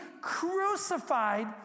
crucified